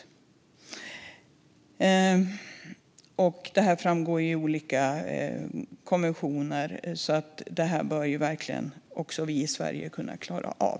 Att detta ska göras framgår i olika konventioner, så det bör verkligen också vi i Sverige kunna klara av.